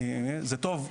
זה טוב,